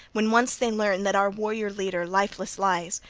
when once they learn that our warrior leader lifeless lies,